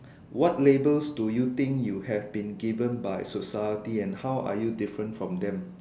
what labels do you think you have been given by society and how are you different from them